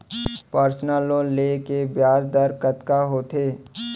Personal loan ले के ब्याज दर कतका होथे?